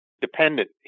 dependent